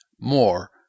more